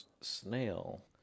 snail